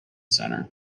center